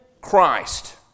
Christ